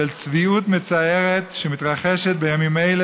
של צביעות מצערת שמתרחשת בימים אלה